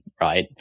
right